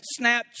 Snapchat